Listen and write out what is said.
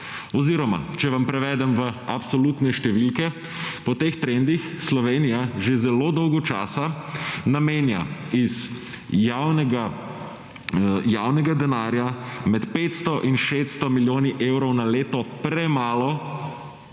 Oziroma če vam prevedem v absolutne številke, po teh trendih Slovenija že zelo dolgo časa namenja iz javnega denarja med 500 in 600 milijoni evrov na leto premalo